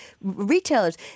retailers